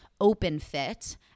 OpenFit